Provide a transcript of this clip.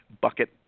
bucket